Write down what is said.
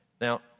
Now